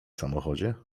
samochodzie